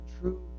true